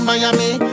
Miami